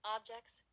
Objects